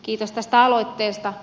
kiitos tästä aloitteesta